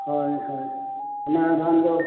ᱦᱳᱭ ᱦᱳᱭ ᱚᱱᱟ ᱨᱟᱱ ᱫᱚ